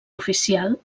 oficial